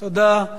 תודה.